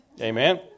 Amen